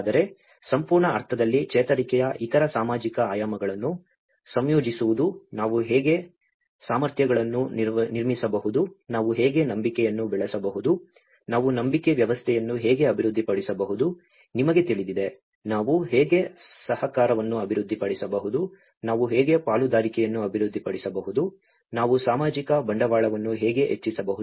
ಆದರೆ ಸಂಪೂರ್ಣ ಅರ್ಥದಲ್ಲಿ ಚೇತರಿಕೆಯ ಇತರ ಸಾಮಾಜಿಕ ಆಯಾಮಗಳನ್ನು ಸಂಯೋಜಿಸುವುದು ನಾವು ಹೇಗೆ ಸಾಮರ್ಥ್ಯಗಳನ್ನು ನಿರ್ಮಿಸಬಹುದು ನಾವು ಹೇಗೆ ನಂಬಿಕೆಯನ್ನು ಬೆಳೆಸಬಹುದು ನಾವು ನಂಬಿಕೆ ವ್ಯವಸ್ಥೆಯನ್ನು ಹೇಗೆ ಅಭಿವೃದ್ಧಿಪಡಿಸಬಹುದು ನಿಮಗೆ ತಿಳಿದಿದೆ ನಾವು ಹೇಗೆ ಸಹಕಾರವನ್ನು ಅಭಿವೃದ್ಧಿಪಡಿಸಬಹುದು ನಾವು ಹೇಗೆ ಪಾಲುದಾರಿಕೆಯನ್ನು ಅಭಿವೃದ್ಧಿಪಡಿಸಬಹುದು ನಾವು ಸಾಮಾಜಿಕ ಬಂಡವಾಳವನ್ನು ಹೇಗೆ ಹೆಚ್ಚಿಸಬಹುದು